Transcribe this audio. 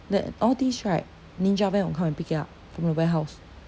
then all these right ninja van will come and pick it up from the warehouse